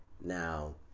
Now